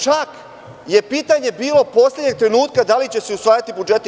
Čak je pitanje bilo poslednjeg trenutka – da li će se usvajati budžeti.